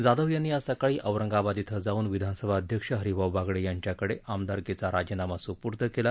जाधव यांनी आज सकाळी औरंगाबाद इथं जाऊन विधानसभा अध्यक्ष हरिभाऊ बागडे यांच्याकडे आमदारकीचा राजीनामा सुपूर्द केला